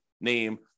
name